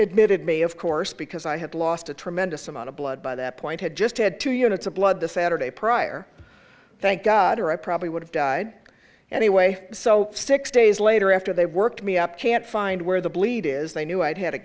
admitted me of course because i had lost a tremendous amount of blood by that point had just had two units of blood the saturday prior thank god or i probably would have died anyway so six days later after they worked me up can't find where the bleed is they knew i'd had a